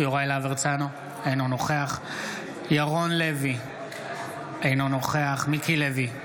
אינו נוכח ירון לוי, אינו נוכח מיקי לוי,